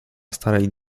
starej